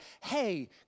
hey